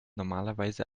normalerweise